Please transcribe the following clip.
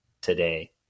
today